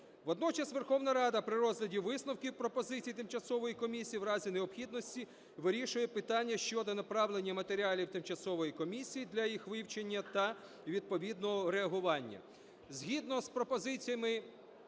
Водночас Верховна Рада при розгляді висновків пропозицій тимчасової комісії в разі необхідності вирішує питання щодо направлення матеріалів тимчасової комісії для їх вивчення та відповідного реагування.